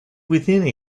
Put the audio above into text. within